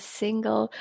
single